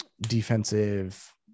defensive